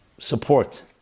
support